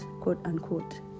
quote-unquote